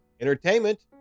Entertainment